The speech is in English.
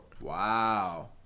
Wow